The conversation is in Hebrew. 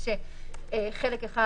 כשחלק אחד